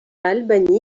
albany